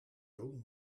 doen